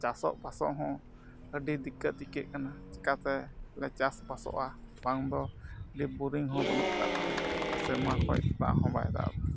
ᱪᱟᱥᱚᱜ ᱵᱟᱥᱚᱜ ᱦᱚᱸ ᱟᱹᱰᱤ ᱫᱤᱠᱠᱚᱛ ᱟᱹᱭᱠᱟᱹᱜ ᱠᱟᱱᱟ ᱪᱮᱠᱟᱛᱮᱞᱮ ᱪᱟᱥ ᱵᱟᱥᱚᱜᱼᱟ ᱵᱟᱝ ᱫᱚ ᱦᱚᱸ ᱵᱟᱹᱱᱩᱜ ᱟᱠᱟᱫ ᱛᱟᱞᱮᱭᱟ ᱟᱨ ᱥᱮᱨᱢᱟ ᱠᱷᱚᱡ ᱫᱟᱜ ᱦᱚᱸᱵᱟᱭ ᱫᱟᱜ ᱮᱫᱟ